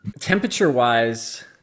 Temperature-wise